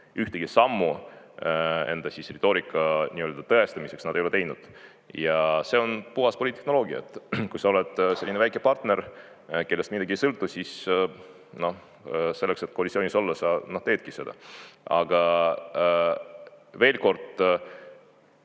Ühtegi sammu enda retoorika tõestamiseks nad ei ole teinud, ja see on puhas poliittehnoloogia: kui sa oled selline väike partner, kellest midagi ei sõltu, siis selleks, et koalitsioonis olla, sa teedki seda. Veel kord: